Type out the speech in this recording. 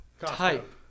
Type